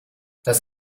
das